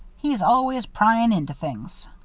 he's always pryin' into things.